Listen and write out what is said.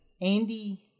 Andy